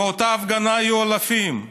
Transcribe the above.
באותה הפגנה היו אלפים.